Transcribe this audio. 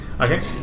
Okay